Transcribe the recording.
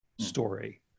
story